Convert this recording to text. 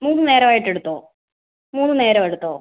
മൂന്ന് നേരമായിട്ട് എടുത്തോ മൂന്ന് നേരം എടുത്തോ